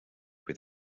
with